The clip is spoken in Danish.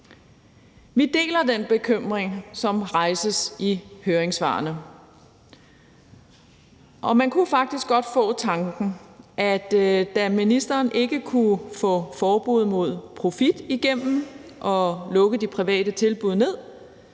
Vi deler den bekymring, som rejses i høringssvarene, og man kunne faktisk godt få tanken, at da ministeren ikke kunne få forbud mod profit og nedlukning af de private tilbud